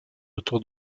autour